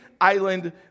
island